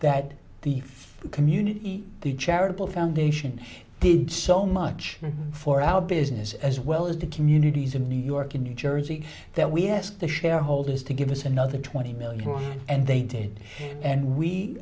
that the community the charitable foundation did so much for our business as well as the communities in new york and new jersey that we asked the shareholders to give us another twenty million and they did and we